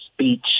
speech